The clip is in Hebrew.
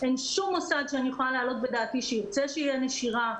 אין שום מוסד שאני יכולה להעלות בדעתי שירצה שתהיה בו נשירה,